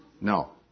No